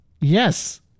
Yes